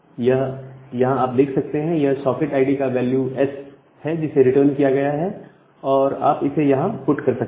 यह यहां आप देख सकते हैं यह सॉकेट आईडी का वैल्यू एस है जिसे रिटर्न किया गया है और आप इसे यहां पुट कर सकते हैं